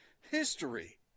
history